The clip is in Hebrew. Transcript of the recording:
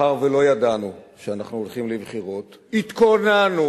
מאחר שלא ידענו שאנחנו הולכים לבחירות, התכוננו,